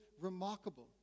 remarkable